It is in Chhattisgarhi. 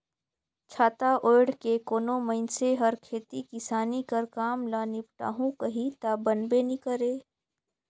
छाता ओएढ़ के कोनो मइनसे हर खेती किसानी कर काम ल निपटाहू कही ता बनबे नी करे